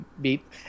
beat